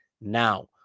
Now